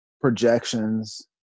projections